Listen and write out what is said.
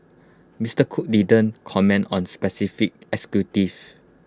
Mister cook didn't comment on specific